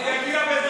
הוא יגיע,